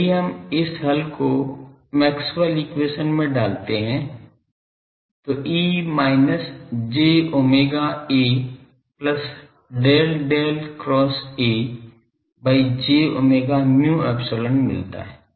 यदि हम इस हल को मैक्सवेल एक्वेशन Maxwell's equation में डालते हैं तो E minus j omega A plus Del Del cross A by j omega mu epsilon मिलता है